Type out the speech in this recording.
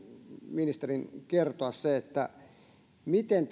ministerin kertoa se miten